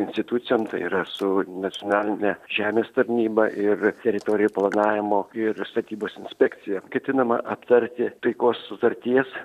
institucijom tai yra su nacionaline žemės tarnyba ir teritorijų planavimo ir statybos inspekcija ketinama aptarti taikos sutarties